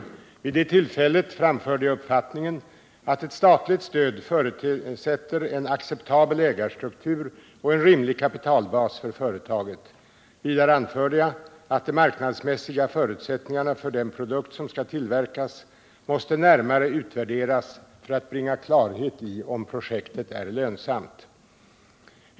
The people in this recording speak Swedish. Vid det tillfället framförde jag uppfattningen att ett statligt stöd förutsätter en acceptabel ägarstruktur och en rimlig kapitalbas för företaget. Vidare anförde jag att de marknadsmässiga förutsättningarna för den produkt som skall tillverkas närmare måste utvärderas för att bringa klarhet i om projektet är lönsamt.